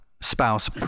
spouse